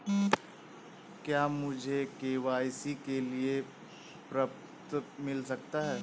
क्या मुझे के.वाई.सी के लिए प्रपत्र मिल सकता है?